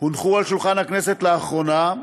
הונחו על שולחן הכנסת לאחרונה,